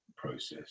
process